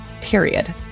period